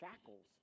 shackles